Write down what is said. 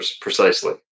Precisely